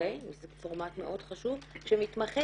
זה פורמט מאוד חשוב שמתמחה,